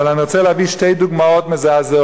אבל אני רוצה להביא שתי דוגמאות מזעזעות.